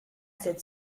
said